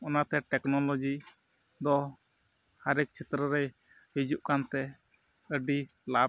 ᱚᱱᱟᱛᱮ ᱴᱮᱠᱱᱳᱞᱚᱡᱤ ᱫᱚ ᱦᱟᱨᱮᱠ ᱪᱷᱮᱛᱛᱨᱚ ᱨᱮᱭ ᱦᱤᱡᱩᱜ ᱠᱟᱱᱛᱮ ᱟᱹᱰᱤ ᱞᱟᱵᱽ